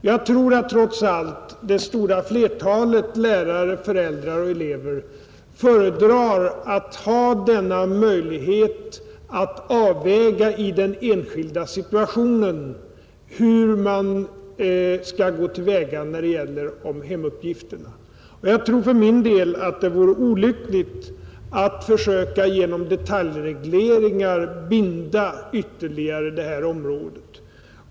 Jag tror trots allt att det stora flertalet lärare, föräldrar och elever föredrar att ha denna möjlighet att avväga i den enskilda situationen hur man skall gå till väga när det gäller hemuppgifterna. Jag tror för min del att det vore olyckligt att försöka genom detaljregleringar binda ytterligare detta område.